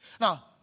Now